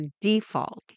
default